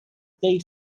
they